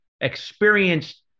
experienced